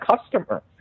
customer